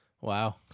Wow